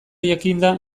jakinda